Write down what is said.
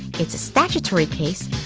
it's a statutory case,